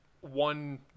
one